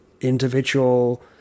individual